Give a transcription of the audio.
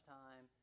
time